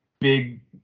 big